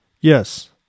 Yes